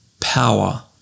Power